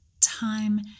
time